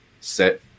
set